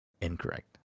Incorrect